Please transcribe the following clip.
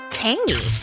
tangy